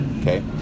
Okay